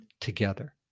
together